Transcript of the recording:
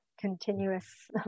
continuous